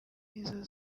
izo